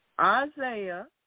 Isaiah